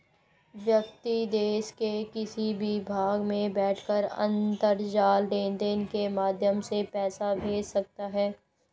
व्यक्ति देश के किसी भी भाग में बैठकर अंतरजाल लेनदेन के माध्यम से पैसा भेज सकता है